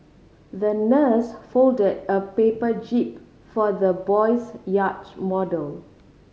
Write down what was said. the nurse fold a paper jib for the boy's yacht model